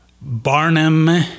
Barnum